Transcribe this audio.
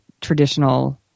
traditional